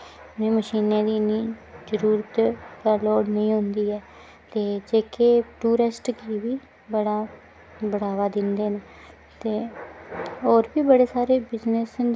उनें मशीनें दी इन्नी जरूरत जां लोड़ नेईं होंदी ऐ ते जेह्के टूरिस्ट गी बी बड़ा बढ़ावा दिंदे न ते होर बी बड़े सारे बिज़नेस न जेह्ड़े टूरिस्ट